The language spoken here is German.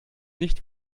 nicht